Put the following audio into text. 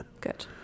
good